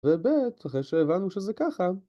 ובי"ת, אחרי שהבנו שזה ככה